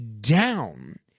down